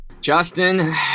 Justin